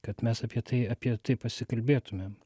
kad mes apie tai apie tai pasikalbėtumėm